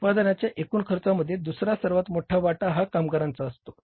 उत्पादनाच्या एकूण खर्चामध्ये दुसरा सर्वात मोठा वाटा हा कामगारांचा असतो